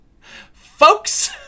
Folks